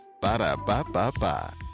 Ba-da-ba-ba-ba